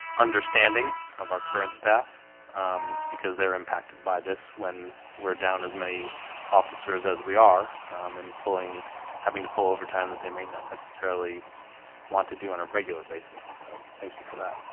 understanding of our current staff because they're impacted by this when we're down as many officers as we are in pulling having to pull over time that they may not necessarily want to do on a regular basis, so thank you for that